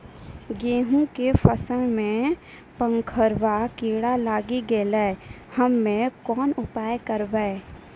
गेहूँ के फसल मे पंखोरवा कीड़ा लागी गैलै हम्मे कोन उपाय करबै?